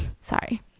Sorry